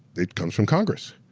it comes from congress.